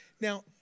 Now